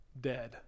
dead